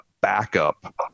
backup